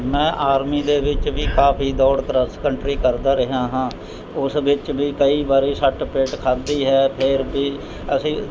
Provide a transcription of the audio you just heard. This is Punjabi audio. ਮੈਂ ਆਰਮੀ ਦੇ ਵਿੱਚ ਵੀ ਕਾਫੀ ਦੌੜ ਕਰੋਸ ਕੰਟਰੀ ਕਰਦਾ ਰਿਹਾ ਹਾਂ ਉਸ ਵਿੱਚ ਵੀ ਕਈ ਵਾਰੀ ਸੱਟ ਫੇਟ ਖਾਧੀ ਹੈ ਫ਼ਿਰ ਵੀ ਅਸੀਂ